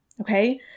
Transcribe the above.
Okay